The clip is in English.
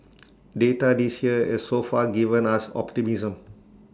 data this year has so far given us optimism